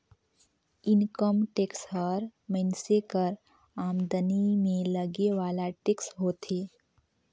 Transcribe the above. income tax हर मइनसे कर आमदनी में लगे वाला टेक्स होथे